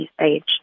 age